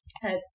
Head